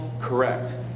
correct